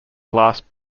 glass